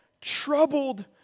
troubled